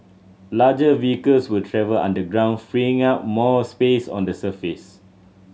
larger vehicles will travel underground freeing up more space on the surface